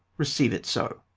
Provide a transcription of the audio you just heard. receive it so.